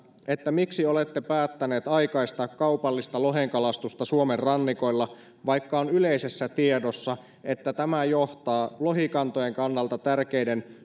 miksi olette päättäneet aikaistaa kaupallista lohen kalastusta suomen rannikoilla vaikka on yleisessä tiedossa että tämä johtaa lohikantojen kannalta tärkeiden